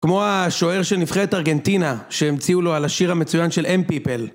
כמו השוער של נבחרת ארגנטינה, שהמציאו לו על השיר המצוין של M-People.